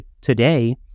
today